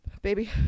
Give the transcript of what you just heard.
Baby